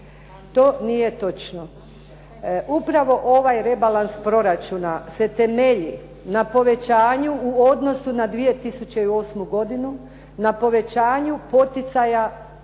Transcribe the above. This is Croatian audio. to nije točno. Upravo ovaj rebalans proračuna se temelji na povećanju u odnosu na 2008. godinu, na povećanju poticaja